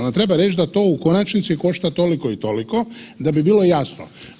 Onda treba reć da to u konačnici košta toliko i toliko da bi bilo jasno.